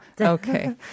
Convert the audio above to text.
Okay